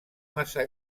massa